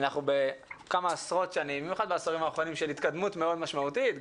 בעשורים האחרונים יש התקדמות מאוד משמעותית,